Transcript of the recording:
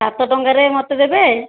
ସାତ ଟଙ୍କାରେ ମୋତେ ଦେବେ